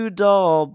dull